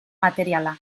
materiala